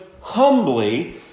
humbly